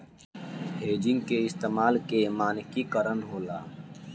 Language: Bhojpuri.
हेजिंग के इस्तमाल के मानकी करण होला